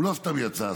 הוא לא סתם יצא,